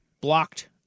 blocked